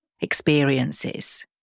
experiences